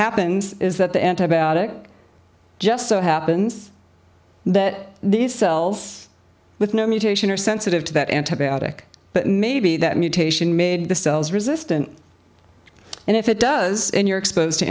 happens is that the antibiotic just so happens that these cells with no mutation are sensitive to that antibiotic but maybe that mutation made the cells resistant and if it does and you're exposed to